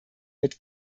mit